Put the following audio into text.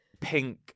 pink